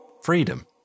Freedom